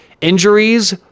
Injuries